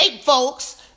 folks